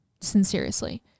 sincerely